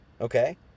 Okay